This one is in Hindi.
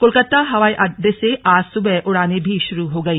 कोलकाता हवाई अड्डे से आज सुबह उड़ानें भी शुरू हो गई